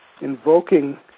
invoking